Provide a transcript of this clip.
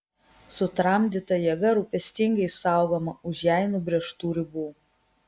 sutramdyta jėga rūpestingai saugoma už jai nubrėžtų ribų